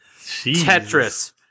Tetris